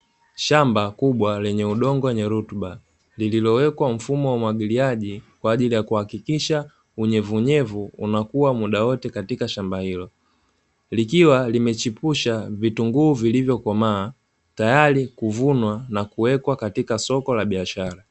Shamba kubwa lenye udongo wenye rutuba lililowekwa mfumo wa umwagiliaji kwa ajili ya kuhakikisha unyevuunyevu unakuwa muda wote katika shamba hilo, likiwa limechepusha vitunguu vilivyokomaa tayari kuvunwa na kuwekwa katika soko la biashara.